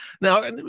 Now